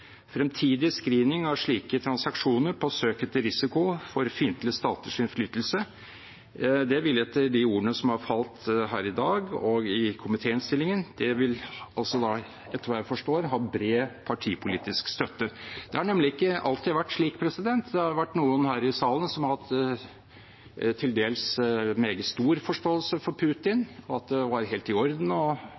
Fremtidig screening av slike transaksjoner på søk etter risiko for fiendtlige staters innflytelse vil etter de ordene som har falt her i dag, og det som er uttrykt i komitéinnstillingen, etter hva jeg forstår ha bred partipolitisk støtte. Det har nemlig ikke alltid vært slik. Det har vært noen her i salen som har hatt til dels meget stor forståelse for Putin, at det var helt i orden